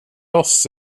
oss